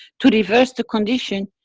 to reverse the condition.